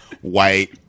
white